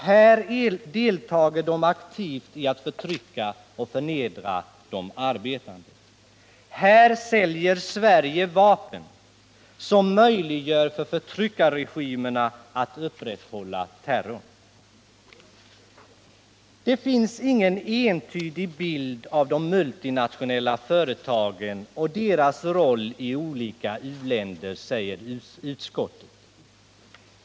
Här deltar de aktivt i att förtrycka och förnedra de arbetande. Här säljer Sverige vapen som möjliggör för förtryckarregimerna att upprätthålla terrorn. Det finns ingen entydig bild av de multinationella företagen och deras roll i olika u-länder, säger utskottet.